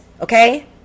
okay